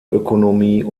ökonomie